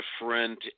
different